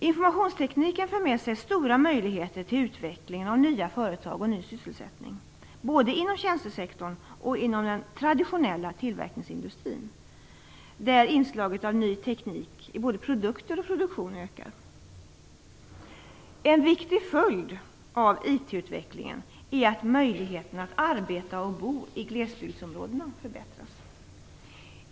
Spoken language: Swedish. Informationstekniken för med sig stora möjligheter att utveckla nya företag och ny sysselsättning både inom tjänstesektorn och inom den traditionella tillverkningsindustrin, där inslag av ny teknik i både produkter och produktion ökar. En viktig följd av IT utvecklingen är att möjligheten att arbeta och bo i glesbygdsområdena förbättras.